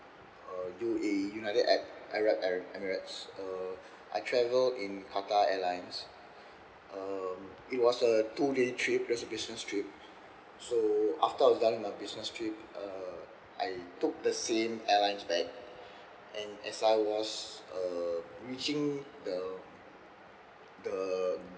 uh U_A_E united ar~ arab em~ emirates uh I travelled in qatar airlines um it was a two day trip just a business trip so after I was done with my business trip err I took the same airlines back and as I was uh reaching the the